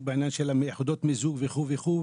בעניין של יחידות מיזוג וכו' וכו',